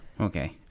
Okay